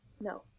No